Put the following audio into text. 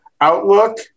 outlook